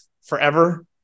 forever